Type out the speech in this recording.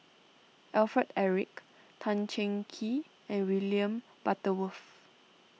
Alfred Eric Tan Cheng Kee and William Butterworth